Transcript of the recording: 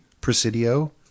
presidio